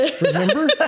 Remember